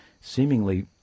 seemingly